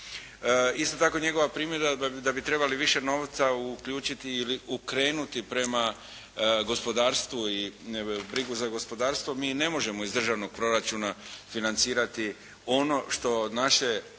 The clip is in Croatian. Isto tako njegova primjedba da bi trebali više novca uključiti ili okrenuti prema gospodarstvu i brigu za gospodarstvo mi ne možemo iz državnog proračuna financirati ono što naša